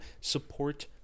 support